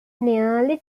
nearly